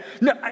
No